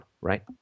right